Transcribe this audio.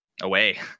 Away